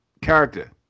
character